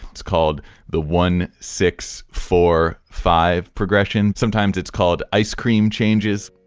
it's called the one six four five progression. sometimes it's called ice cream changes